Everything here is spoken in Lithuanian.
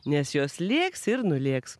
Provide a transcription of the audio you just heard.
nes jos lėks ir nulėks